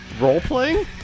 role-playing